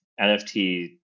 nft